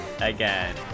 again